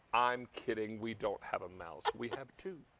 i'm kidding. we don't have a mouse. we have to.